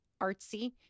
artsy